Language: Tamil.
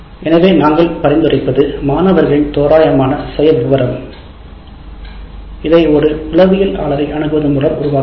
எனவே நாங்கள் பரிந்துரைப்பது மாணவர்களின் தோராயமான சுயவிவரம் இதை ஒரு உளவியலாளரை அணுகுவது மூலம் உருவாக்கலாம்